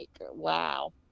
wow